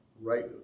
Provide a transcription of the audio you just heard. right